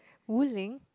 wooling